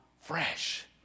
fresh